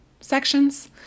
sections